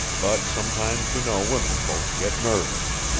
but sometimes you know women-folks get nervous.